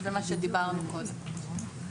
על זה דיברנו קודם.